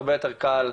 זה הרבה יותר קל,